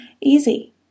easy